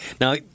Now